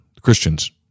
Christians